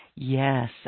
Yes